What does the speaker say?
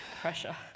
Pressure